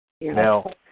Now